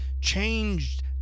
changed